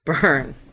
burn